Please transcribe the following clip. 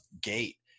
gate